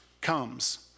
comes